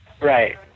Right